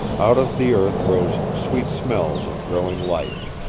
out of the earth rose sweet smells of growing life,